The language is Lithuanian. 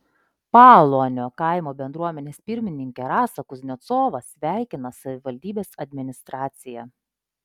paaluonio kaimo bendruomenės pirmininkę rasą kuznecovą sveikina savivaldybės administracija